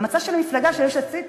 במצע של המפלגה יש עתיד,